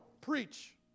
preach